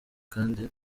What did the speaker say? kandi